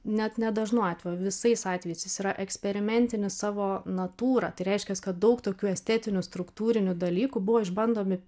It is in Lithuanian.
net nedažnu atveju o visais atvejais jis yra eksperimentinis savo natūra tai reiškias kad daug tokių estetinių struktūrinių dalykų buvo išbandomi